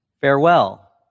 farewell